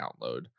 download